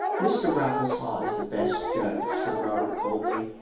mr. raffles haw is the best judge, said robert coldly.